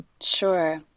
Sure